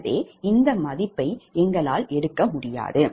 எனவே இந்த மதிப்பை எங்களால் எடுக்க முடியாது